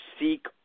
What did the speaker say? seek